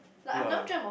ya